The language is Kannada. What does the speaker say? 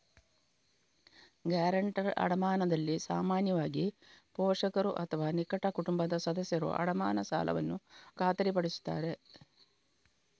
ಗ್ಯಾರಂಟರ್ ಅಡಮಾನದಲ್ಲಿ ಸಾಮಾನ್ಯವಾಗಿ, ಪೋಷಕರು ಅಥವಾ ನಿಕಟ ಕುಟುಂಬದ ಸದಸ್ಯರು ಅಡಮಾನ ಸಾಲವನ್ನು ಖಾತರಿಪಡಿಸುತ್ತಾರೆ